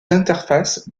interfaces